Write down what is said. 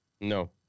No